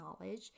knowledge